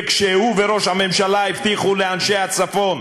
וכשהוא וראש הממשלה הבטיחו לאנשי הצפון